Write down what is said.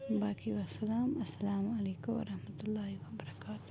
باقٕے والسلام السَلامُ علیکُم وَرحمتہ اللہِ وَبرکاتُہ